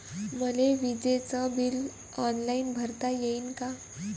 मले विजेच bill online भरता येईन का?